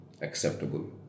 acceptable